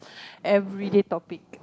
everyday topic